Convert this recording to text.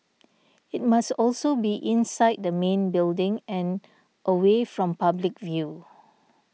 it must also be inside the main building and away from public view